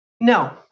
No